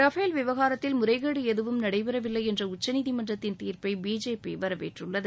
Rafale விவகாரத்தில் முறைகேடு எதுவும் நடைபெறவில்லை என்ற உச்சநீதிமன்றத்தின் தீர்ப்பை பிஜேபி வரவேற்றுள்ளது